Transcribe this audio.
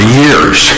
years